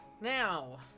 now